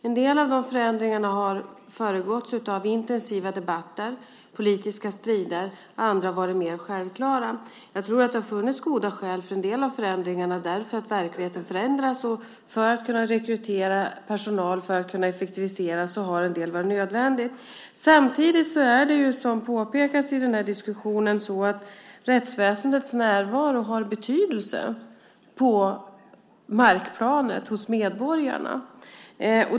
En del av förändringarna har föregåtts av intensiva debatter och politiska strider, andra har varit mer självklara. Jag tror att det har funnits goda skäl för en del av förändringarna eftersom verkligheten förändras. För att kunna rekrytera personal och effektivisera har en del varit nödvändigt. Som påpekas i diskussionen har rättsväsendets närvaro betydelse på markplanet hos medborgarna.